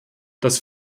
dass